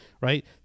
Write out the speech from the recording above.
right